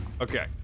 Okay